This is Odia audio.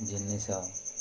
ଜିନିଷ